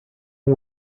who